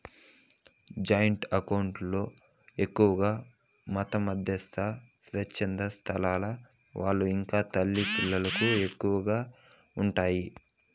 joint account లో ఎక్కువగా మతసంస్థలు, స్వచ్ఛంద సంస్థల వాళ్ళు ఇంకా తల్లి పిల్లలకు ఎక్కువగా ఉంటాయి